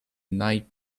night